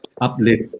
uplift